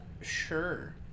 Sure